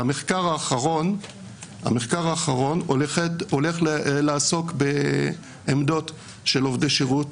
המחקר האחרון הולך לעסוק בעמדות של עובדי שירות